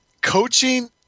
coaching